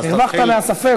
הרווחת מהספק.